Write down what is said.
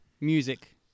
music